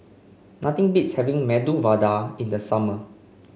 nothing beats having Medu Vada in the summer